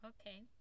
Okay